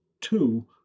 two